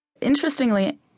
Interestingly